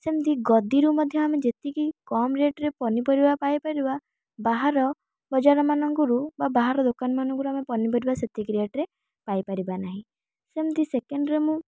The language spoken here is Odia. ସେମିତି ଗଦିରୁ ମଧ୍ୟ ଆମେ ଯେତିକି କମ୍ ରେଟରେ ପନିପରିବା ପାଇ ପାରିବା ବାହାର ବଜାର ମାନଙ୍କରୁ ବା ବାହାର ଦୋକାନ ମାନଙ୍କରୁ ଆମେ ପନିପରିବା ସେତିକି ରେଟରେ ପାଇପରିବା ନାହିଁ ସେମିତି ସେକେଣ୍ଡରେ ମୁଁ